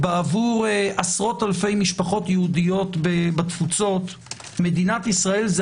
בעבור עשרות-אלפי משפחות יהודיות בתפוצות מדינת ישראל זה